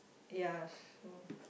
ya so